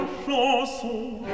chanson